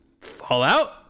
Fallout